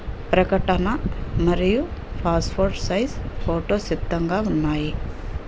ప్రకటన మరియు passport size photo సిద్ధంగా ఉన్నాయి